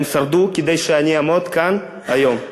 הם שרדו כדי שאני אעמוד כאן היום.